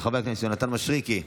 של חבר הכנסת יונתן מישרקי התקבלה,